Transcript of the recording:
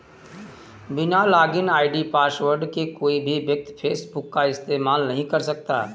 बिना login ID password के कोई भी व्यक्ति फेसबुक का इस्तेमाल नहीं कर सकता